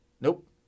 nope